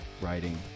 writing